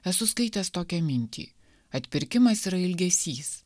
esu skaitęs tokią mintį atpirkimas yra ilgesys